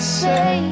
say